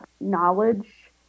knowledge